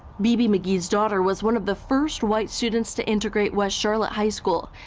bebe mcgee's daughter was one of the first white students to integrate west charlotte high school,